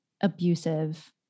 abusive